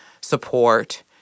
support